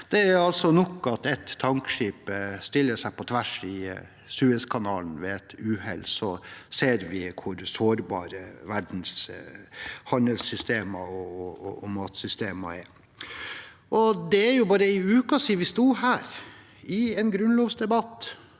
Det er nok at et tankskip stiller seg på tvers i Suezkanalen ved et uhell, så ser vi hvor sårbare verdens handelssystemer og matsystemer er. Det er bare en uke siden vi sto her i en grunnlovsdebatt,